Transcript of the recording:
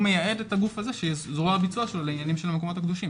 והוא מייעד את הגוף הזה שיהיה זרוע ביצוע לעניינים של המקומות הקדושים.